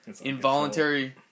involuntary